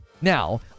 Now